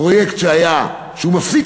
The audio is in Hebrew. פרויקט שמפסיק